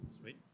Sweet